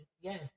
Yes